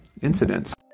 incidents